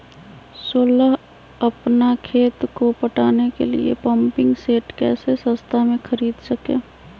सोलह अपना खेत को पटाने के लिए पम्पिंग सेट कैसे सस्ता मे खरीद सके?